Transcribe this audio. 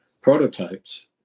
prototypes